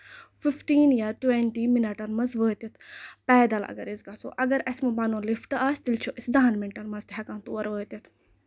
fifteen یا twenty مِنٹَن منٛز وٲتِتھ پایدٕلۍ اَگر أسۍ گژھاو اَگر اَسہِ پَنُن لِفٹ آسہِ تیٚلہِ چھِ أسۍ دہن منٹن منٛز تہِ ہٮ۪کان تور وٲتِتھ